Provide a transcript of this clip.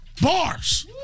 Bars